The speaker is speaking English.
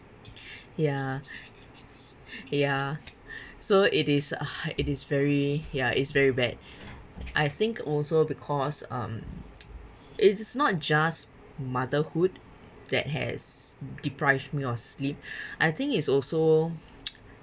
ya ya so it is it is very ya is very bad I think also because um it it's not just motherhood that has deprived me of sleep I think is also